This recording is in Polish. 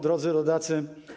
Drodzy Rodacy!